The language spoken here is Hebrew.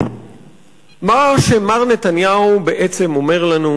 מה שמר נתניהו בעצם אומר לנו,